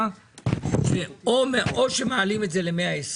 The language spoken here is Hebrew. שאו שמעלים את זה ל-120